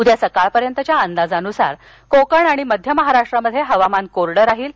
उद्या सकाळपर्यंतच्या अंदाजानुसार कोकण आणि मध्य महाराष्ट्रात हवामान कोरडं राहील